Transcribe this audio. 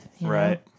right